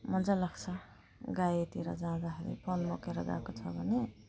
मजा लाग्छ गाईतिर जाँदाखेरि फोन बोकेर गएको छ भने